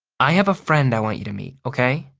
i have a friend i want you to meet, okay?